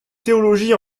théologie